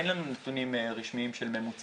אין לנו נתונים רשמיים של ממוצעים,